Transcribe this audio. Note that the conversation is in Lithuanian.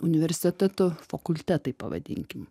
universitetų fakultetai pavadinkim